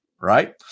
right